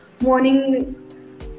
Morning